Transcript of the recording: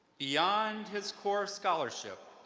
beyond his core scholarship,